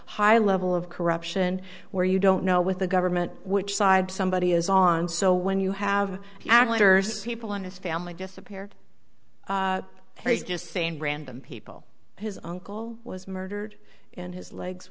high level of corruption where you don't know with the government which side somebody is on so when you have actors people on his family disappeared he's just saying random people his uncle was murdered in his legs